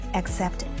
accept